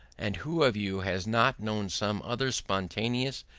and who of you has not known some other spontaneous,